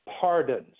pardons